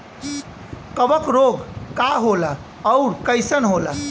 कवक रोग का होला अउर कईसन होला?